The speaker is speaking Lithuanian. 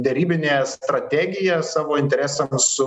derybinė strategija savo interesams